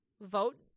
vote